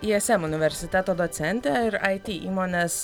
jie ism universiteto docentę ir aity įmonės